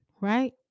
right